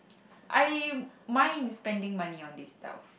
I mind in spending money on this stuff